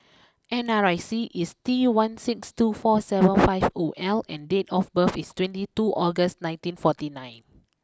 N R I C is T one six two four seven five zero L and date of birth is twenty two August nineteen forty nine